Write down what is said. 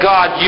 God